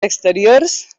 exteriors